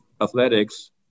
athletics